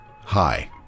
Hi